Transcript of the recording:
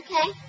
Okay